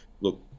look